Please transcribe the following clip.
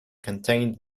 contained